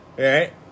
Right